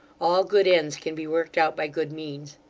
all good ends can be worked out by good means.